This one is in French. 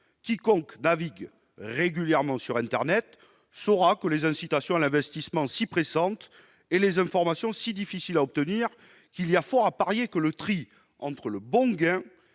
Quiconque navigue régulièrement sur internet sait que les incitations à l'investissement sont si pressantes et les informations si difficiles à obtenir qu'il y a fort à parier que le tri entre le bon et